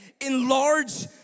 Enlarge